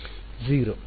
ವಿದ್ಯಾರ್ಥಿ 0